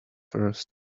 first